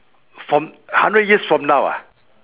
from hundred years from now ah